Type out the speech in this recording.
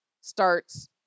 starts